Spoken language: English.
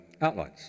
outlines